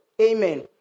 Amen